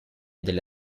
delle